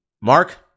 Mark